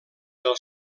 del